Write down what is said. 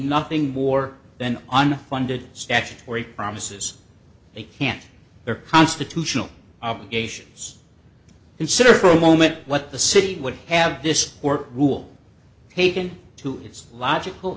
nothing more than unfunded statutory promises they can't their constitutional obligations consider for a moment what the city would have this or rule taken to its logical